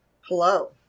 Hello